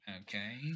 Okay